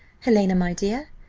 helena, my dear,